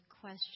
question